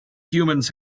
humans